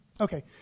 Okay